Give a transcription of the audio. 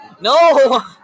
No